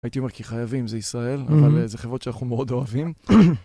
הייתי אומר כי חייבים, זה ישראל, אבל זה חברות שאנחנו מאוד אוהבים.